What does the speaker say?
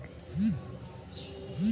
ಅಲ್ಪಾವಧಿ ಹೂಡಿಕೆಗೆ ಎಷ್ಟು ಆಯ್ಕೆ ಇದಾವೇ?